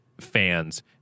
fans